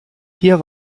hier